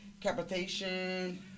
capitation